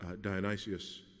Dionysius